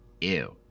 Ew